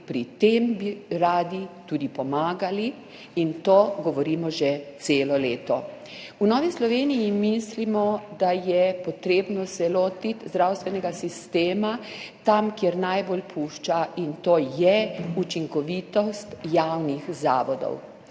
Pri tem bi radi tudi pomagali in to govorimo že celo leto. V Novi Sloveniji mislimo, da se je potrebno lotiti zdravstvenega sistema tam, kjer najbolj pušča, in to je učinkovitost javnih zavodov.